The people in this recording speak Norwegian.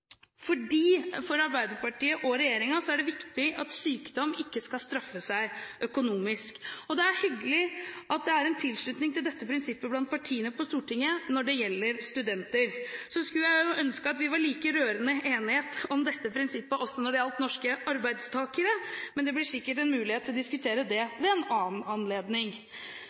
For Arbeiderpartiet og regjeringen er det viktig at sykdom ikke skal straffe seg økonomisk. Det er hyggelig at det er en tilslutning til dette prinsippet blant partiene på Stortinget når det gjelder studenter. Så skulle jeg ønske at vi var like rørende enige om dette prinsippet også når det gjaldt norske arbeidstakere, men det blir sikkert en mulighet til å diskutere det ved en annen anledning.